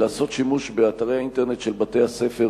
לעשות שימוש באתרי האינטרנט של בתי-הספר,